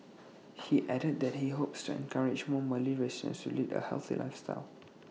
he added that he hopes to encourage more Malay residents to lead A healthy lifestyle